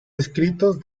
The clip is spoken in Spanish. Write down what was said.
escritos